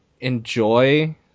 enjoy